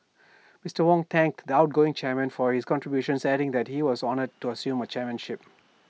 Mister Wong thanked the outgoing chairman for his contributions adding that he was honoured to assume chairmanship